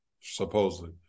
supposedly